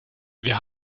wir